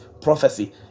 prophecy